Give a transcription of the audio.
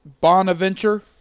Bonaventure